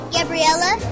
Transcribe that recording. Gabriella